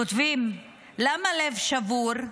כותבים: למה לב שבור?